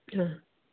ആ